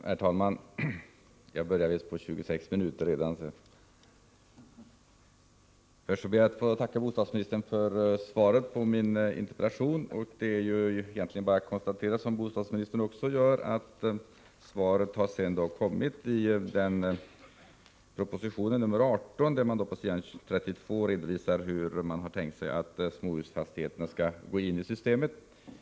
Herr talman! Först ber jag att få tacka bostadsministern för svaret på min interpellation. Det är egentligen bara att konstatera, som bostadsministern också gör, att svaret har kommit i proposition nr 18, där man på s. 32 redovisar hur man har tänkt sig att småhusfastigheterna skall gå in i systemet.